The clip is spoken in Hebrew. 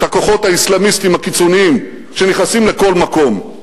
את הכוחות האסלאמיסטיים הקיצוניים שנכנסים לכל מקום,